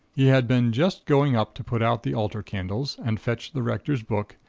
he had been just going up to put out the altar candles and fetch the rector's book,